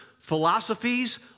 philosophies